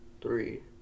Three